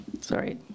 Sorry